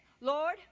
Lord